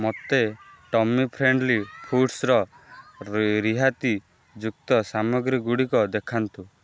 ମୋତେ tummy friendly ଫୁଡ଼୍ର ରିହାତିଯୁକ୍ତ ସାମଗ୍ରୀଗୁଡ଼ିକ ଦେଖାନ୍ତୁ